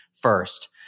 first